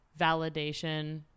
validation